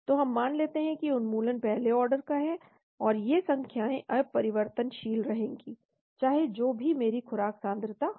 तो हम मान लेते हैं कि उन्मूलन पहले आर्डर का है और ये संख्याएं अपरिवर्तनशील रहेंगी चाहे जो भी मेरी खुराक सांद्रता हो